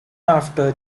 after